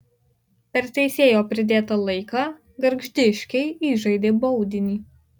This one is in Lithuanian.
per teisėjo pridėtą laiką gargždiškiai įžaidė baudinį